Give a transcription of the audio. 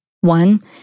One